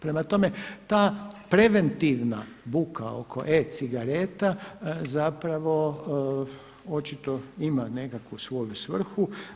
Prema tome, ta preventivna buka oko e-cigareta zapravo očito ima nekakvu svoju svrhu.